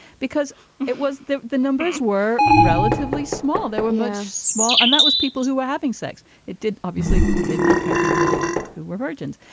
because it was the the numbers were relatively small. they were much small. and that was people who were having sex. it did obviously did not come people who were virgins.